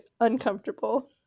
uncomfortable